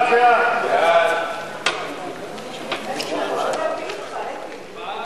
ההצעה להעביר את הצעת חוק מיסוי מקרקעין (שבח רכישה)